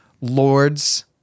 Lords